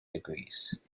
degrees